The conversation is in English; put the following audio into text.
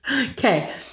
Okay